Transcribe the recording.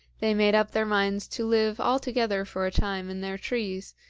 they made up their minds to live altogether for a time in their trees,